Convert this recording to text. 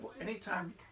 Anytime